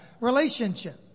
Relationship